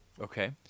Okay